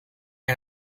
and